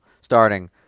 starting